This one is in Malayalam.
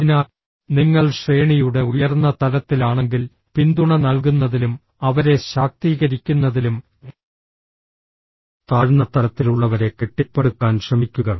അതിനാൽ നിങ്ങൾ ശ്രേണിയുടെ ഉയർന്ന തലത്തിലാണെങ്കിൽ പിന്തുണ നൽകുന്നതിലും അവരെ ശാക്തീകരിക്കുന്നതിലും താഴ്ന്ന തലത്തിലുള്ളവരെ കെട്ടിപ്പടുക്കാൻ ശ്രമിക്കുക